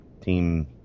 Team